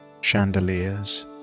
chandeliers